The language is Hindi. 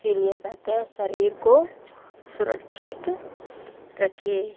इसलिए कहते हैं शरीर को सुरक्षित रखिए